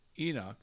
Enoch